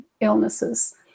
illnesses